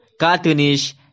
cartoonish